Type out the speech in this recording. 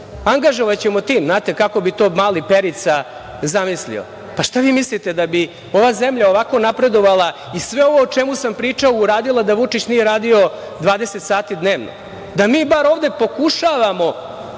angažovaćemo tim. Znate, kako bi to mali Perica zamislio. Šta vi mislite, da bi ova zemlja ovako napredovala i sve ovo o čemu sam pričao uradila da Vučić nije radio 20 sati dnevno, da mi bar ovde pokušavamo